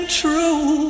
true